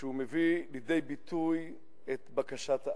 שהוא מביא לידי ביטוי את בקשת העם.